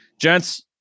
gents